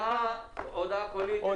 הודעה קולית, סמ"ס.